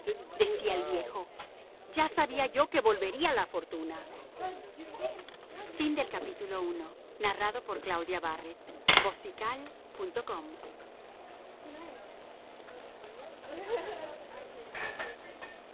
decía el viejo ya sabía yo que volvería la fortuna